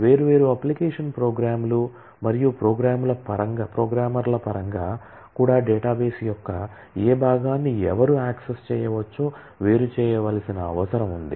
వేర్వేరు అప్లికేషన్ ప్రోగ్రామ్లు మరియు ప్రోగ్రామర్ల పరంగా కూడా డేటాబేస్ యొక్క ఏ భాగాన్ని ఎవరు యాక్సెస్ చేయవచ్చో వేరు చేయవలసిన అవసరం ఉంది